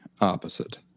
opposite